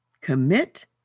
commit